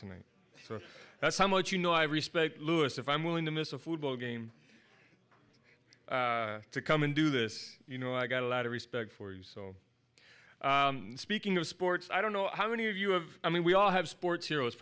tonight so that's how much you know i respect louis if i'm willing to miss a food ball game to come and do this you know i got a lot of respect for you so speaking of sports i don't know how many of you have i mean we all have sports her